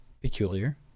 peculiar